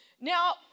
Now